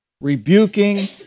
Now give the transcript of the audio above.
rebuking